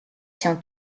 się